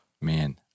man